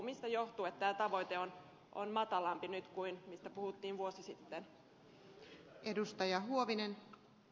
mistä johtuu että tämä tavoite on matalampi nyt kuin mistä puhuttiin vuosi sitten